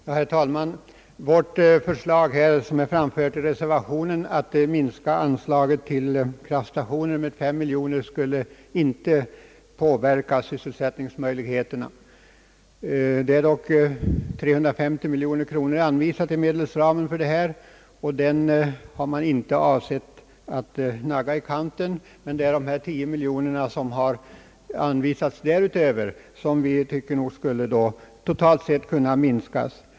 Herr talman! Vårt förslag som är framfört i reservationen, att minska anslaget till kraftstationer med 5 miljoner kronor, skulle inte påverka sysselsättningsmöjligheterna. 350 miljoner kronor är dock anvisade i medelsramen för detta ändamål, och det beloppet har man inte avsett att nagga i kanten. De 10 miljoner kronor som anvisats därutöver anser vi dock skulle totalt sett kunna minskas.